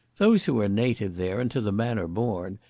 those who are native there, and to the manner born,